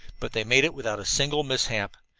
but they made it without a single mishap.